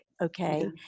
Okay